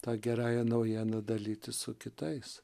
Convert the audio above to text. ta gerąja naujiena dalytis su kitais